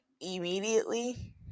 immediately